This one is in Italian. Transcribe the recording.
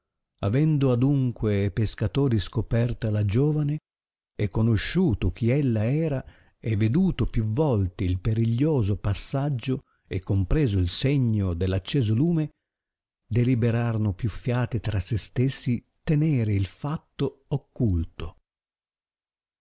avendo adunque e pescatori scoperta la giovane e conosciuto chi ella era e veduto più volte il periglioso passaggio e compreso il segno dell acceso lume deliberarono più fiate tra se stessi tenere il fatto occulto